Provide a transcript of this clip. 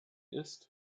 ist